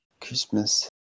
Christmas